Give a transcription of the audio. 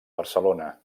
barcelona